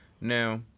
Now